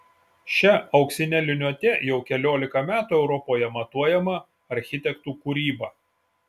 šia auksine liniuote jau keliolika metų europoje matuojama architektų kūryba